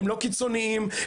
לא קיצוניים,